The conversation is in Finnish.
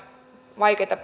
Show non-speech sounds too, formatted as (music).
vaikeita (unintelligible)